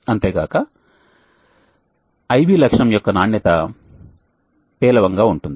అంతేగాక I V లక్షణం యొక్క నాణ్యత పేలవంగా ఉంటుంది